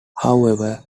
however